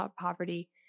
poverty